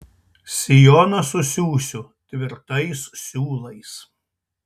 sijoną susiųsiu tvirtais siūlais